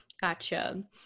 Gotcha